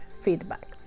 feedback